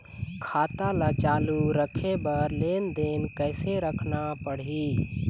खाता ला चालू रखे बर लेनदेन कैसे रखना पड़ही?